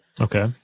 Okay